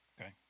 okay